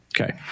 Okay